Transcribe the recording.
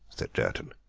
said jerton.